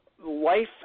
life